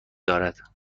دارد